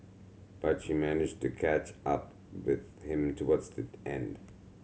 but she managed to catch up with him towards the end